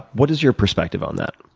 what is your perspective on that?